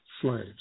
slaves